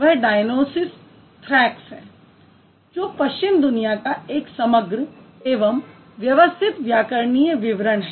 यह Dionysius Thrax है जो पश्चिम दुनिया का एक समग्र एवं व्यवस्थित व्याकरणीय विवरण है